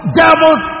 devils